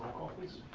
call please.